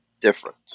different